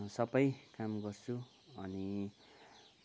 सपै काम गर्छु अनि